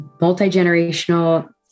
multi-generational